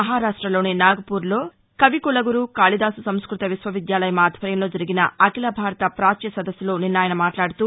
మహారాష్టలోని నాగపూర్లో కవికులగురు కాళిదాసు సంస్థత విశ్వవిద్యాలయం ఆధ్వర్యంలో జరిగిన అఖీల భారత ప్రాచ్య సదస్సులో నిన్న ఆయన మాట్లాడుతూ